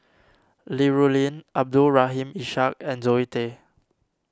Li Rulin Abdul Rahim Ishak and Zoe Tay